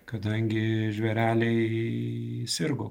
kadangi žvėreliai sirgo